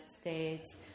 States